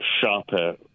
sharper